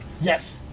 Yes